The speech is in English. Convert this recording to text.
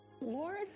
Lord